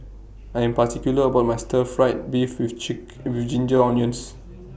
I Am particular about My Stir Fried Beef with chick with Ginger Onions